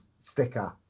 sticker